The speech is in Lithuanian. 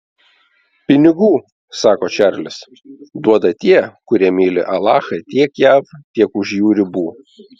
pinigų sako čarlis duoda tie kurie myli alachą tiek jav tiek už jų ribų